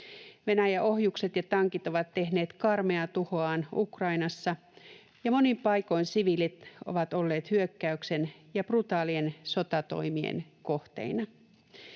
Venäjän ohjukset ja tankit ovat tehneet karmeaa tuhoaan Ukrainassa, ja monin paikoin siviilit ovat olleet hyökkäyksen ja brutaalien sotatoimien kohteina.